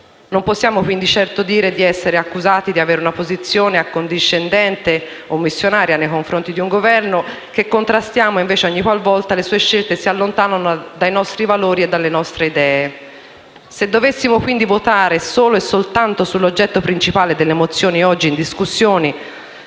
Non possiamo quindi certo essere accusati di avere una posizione accondiscendente o missionaria nei confronti di un Governo che contrastiamo, invece, ogni qual volta le sue scelte si allontanano dai nostri valori e dalle nostre idee. Se dovessimo quindi votare solo e soltanto sull'oggetto principale delle mozioni oggi in discussione,